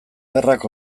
gerrak